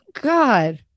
God